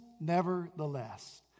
nevertheless